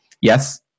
Yes